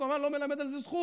אני כמובן לא מלמד על זה זכות.